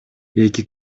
эки